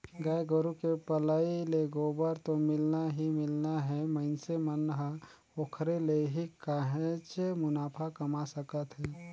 गाय गोरु के पलई ले गोबर तो मिलना ही मिलना हे मइनसे मन ह ओखरे ले ही काहेच मुनाफा कमा सकत हे